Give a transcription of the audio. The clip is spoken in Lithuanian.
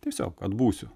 tiesiog atbūsiu